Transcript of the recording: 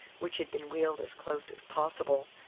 which had been wheeled as close as possible,